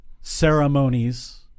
ceremonies